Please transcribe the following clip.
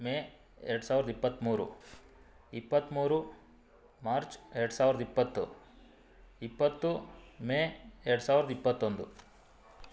ಮೇ ಎರಡು ಸಾವಿರದ ಇಪ್ಪತ್ತ್ಮೂರು ಇಪ್ಪತ್ತ್ಮೂರು ಮಾರ್ಚ್ ಎರಡು ಸಾವಿರದ ಇಪ್ಪತ್ತು ಇಪ್ಪತ್ತು ಮೇ ಎರಡು ಸಾವಿರದ ಇಪ್ಪತ್ತೊಂದು